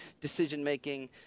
decision-making